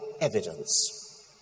evidence